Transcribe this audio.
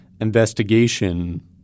investigation